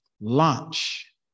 Launch